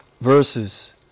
verses